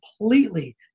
completely